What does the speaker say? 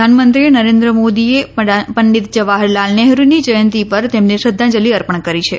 પ્રધાનમંત્રી નરેન્દ્ર મોદીએ પંડિત જવાહરલાલ નહેરુની જયંતી પર તેમને શ્રદ્ધાંજલિ અર્પણ કરી છે